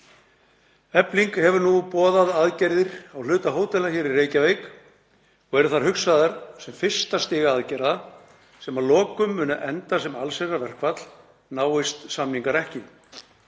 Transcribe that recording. Efling hefur nú boðað aðgerðir á hluta hótela hér í Reykjavík og eru þær hugsaðar sem fyrsta stig aðgerða sem að lokum munu enda sem allsherjarverkfall náist samningar ekki.